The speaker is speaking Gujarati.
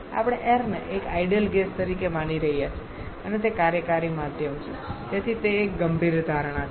આપણે એઈરને એક આઇડલ ગેસ તરીકે માની રહ્યા છીએ અને તે કાર્યકારી માધ્યમ છે તેથી તે એક ગંભીર ધારણા છે